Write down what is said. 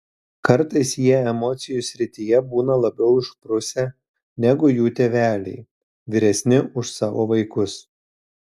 kartais jie emocijų srityje būna labiau išprusę negu jų tėveliai vyresni už savo vaikus